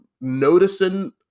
noticing